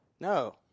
No